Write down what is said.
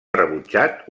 rebutjat